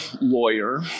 lawyer